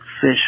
fish